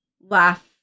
laugh